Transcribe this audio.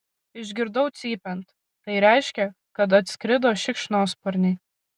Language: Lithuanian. išgirdau cypiant tai reiškė kad atskrido šikšnosparniai